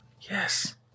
Yes